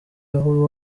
aho